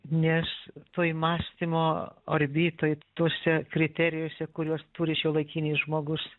nes toj mąstymo orbitoj tuose kriterijuose kuriuos turi šiuolaikinis žmogus